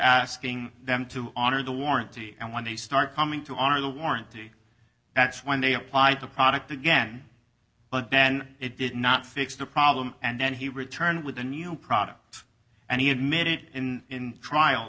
asking them to honor the warranty and when they start coming to honor the warranty that's when they applied the product again but then it did not fix the problem and then he returned with a new product and he admitted in trial